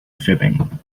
fibbing